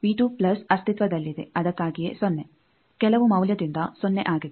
ಅಸ್ತಿತ್ವದಲ್ಲಿದೆ ಅದಕ್ಕಾಗಿಯೇ ಸೊನ್ನೆ ಕೆಲವು ಮೌಲ್ಯದಿಂದ ಸೊನ್ನೆ ಆಗಿದೆ